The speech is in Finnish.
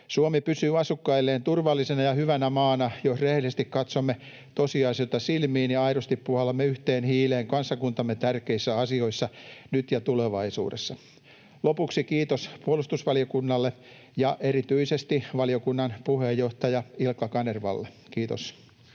Suomi pysyy asukkailleen turvallisena ja hyvänä maana, jos rehellisesti katsomme tosiasioita silmiin ja aidosti puhallamme yhteen hiileen kansakuntamme tärkeissä asioissa, nyt ja tulevaisuudessa. Lopuksi kiitos puolustusvaliokunnalle ja erityisesti valiokunnan puheenjohtaja Ilkka Kanervalle. — Kiitos.